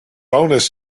bonus